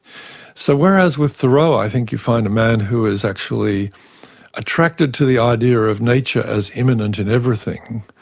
so whereas with thoreau i think you find a man who is actually attracted to the idea of nature as imminent in everything,